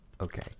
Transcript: Okay